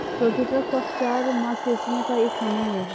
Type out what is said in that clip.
rotator cuff चार मांसपेशियों का एक समूह है